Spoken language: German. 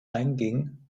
einging